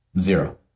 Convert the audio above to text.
Zero